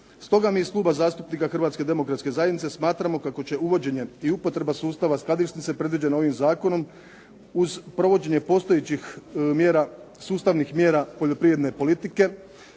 Stoga mi iz Kluba zastupnika Hrvatske demokratske zajednice smatramo kako će uvođenje i upotreba sustava sladišnice predviđena ovim zakonom uz provođenje postojećih mjera, sustavnih mjera poljoprivredne politike